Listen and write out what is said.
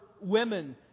women